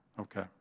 Okay